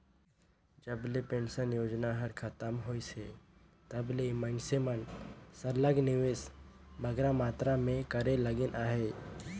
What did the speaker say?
जब ले पेंसन योजना हर खतम होइस हे तब ले मइनसे मन सरलग निवेस बगरा मातरा में करे लगिन अहे